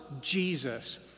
Jesus